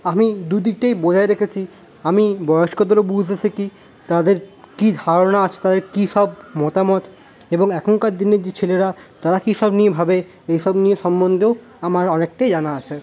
আমি দুদিকটাই বজায় রেখেছি আমি বয়স্কদেরও বুঝতে শিখি তাদের কি ধারণা কি সব মতামত এবং এখনকার দিনের যে ছেলেরা তারা কিসব নিয়ে ভাবে এসব নিয়ে সম্বন্ধেও আমার অনেকটাই জানা আছে